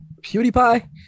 PewDiePie